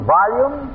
volume